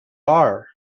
are